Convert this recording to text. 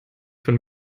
von